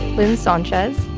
lynn sanchez,